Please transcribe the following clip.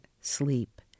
sleep